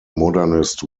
modernist